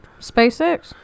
spacex